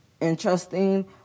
interesting